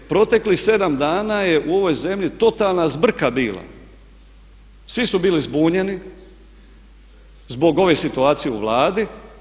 Proteklih sedam dana je u ovoj zemlji totalna zbrka bila, svi su bili zbunjeni zbog ove situacije u Vladi.